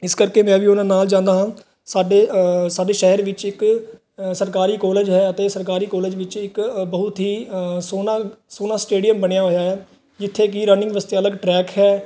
ਇਸ ਕਰਕੇ ਮੈਂ ਵੀ ਉਹਨਾਂ ਨਾਲ ਜਾਂਦਾ ਹਾਂ ਸਾਡੇ ਸਾਡੇ ਸ਼ਹਿਰ ਵਿੱਚ ਇੱਕ ਸਰਕਾਰੀ ਕੋਲਜ ਹੈ ਅਤੇ ਸਰਕਾਰੀ ਕੋਲਜ ਵਿੱਚ ਇੱਕ ਬਹੁਤ ਹੀ ਸੋਹਣਾ ਸੋਹਣਾ ਸਟੇਡੀਅਮ ਬਣਿਆ ਹੋਇਆ ਹੈ ਜਿੱਥੇ ਕਿ ਰਨਿੰਗ ਵਾਸਤੇ ਅਲੱਗ ਟਰੈਕ ਹੈ